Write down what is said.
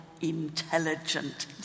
intelligent